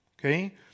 Okay